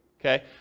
okay